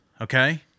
Okay